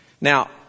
Now